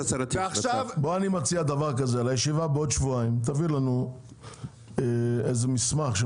אני מציע שלישיבה בעוד שבועיים תביא לנו מסמך על